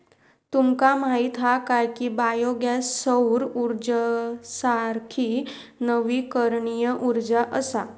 तुमका माहीत हा काय की बायो गॅस सौर उर्जेसारखी नवीकरणीय उर्जा असा?